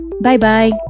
Bye-bye